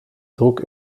druck